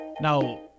Now